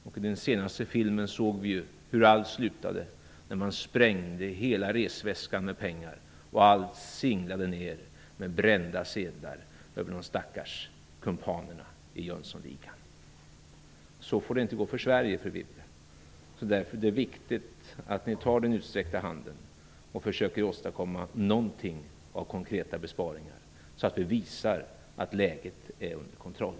I den senaste filmen såg vi ju hur allt slutade när man sprängde hela resväskan med pengar och de brända sedlarna singlade ner över de stackars kumpanerna i Jönssonligan. Så får det inte gå för Sverige, fru Wibble. Därför är det viktigt att ni tar den utsträckta handen och försöker åstadkomma någonting av konkreta besparingar så att vi visar att läget är under kontroll.